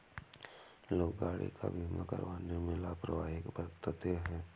लोग गाड़ी का बीमा करवाने में लापरवाही बरतते हैं